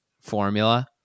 formula